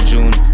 June